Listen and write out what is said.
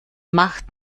macht